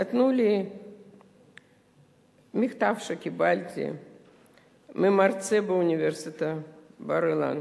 נתנו לי מכתב שקיבלתי ממרצה באוניברסיטת בר-אילן: